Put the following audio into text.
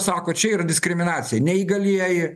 sako čia yra diskriminacija neįgalieji